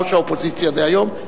ראש האופוזיציה דהיום,